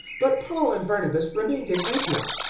but paul and barnabas remained in antioch,